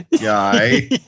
guy